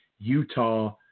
Utah